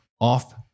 off